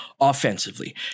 offensively